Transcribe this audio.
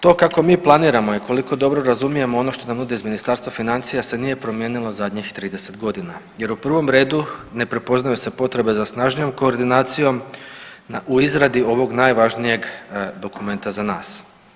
To kako mi planiramo i koliko dobro razumijemo ono što nam nude iz Ministarstva financija se nije promijenilo zadnjih 30 godina, jer u prvom redu ne prepoznaju se potrebe za snažnijom koordinacijom u izradi ovog najvažnijeg dokumenta za nas.